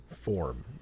form